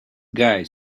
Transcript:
guy